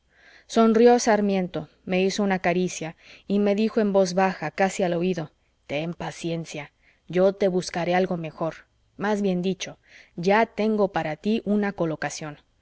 sonrió sarmiento me hizo una caricia y me dijo en voz baja casi al oído ten paciencia yo te buscaré algo mejor más bien dicho ya tengo para tí una colocación